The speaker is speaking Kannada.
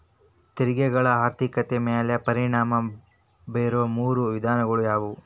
ತೆರಿಗೆಗಳ ಆರ್ಥಿಕತೆ ಮ್ಯಾಲೆ ಪರಿಣಾಮ ಬೇರೊ ಮೂರ ವಿಧಾನಗಳ ಯಾವು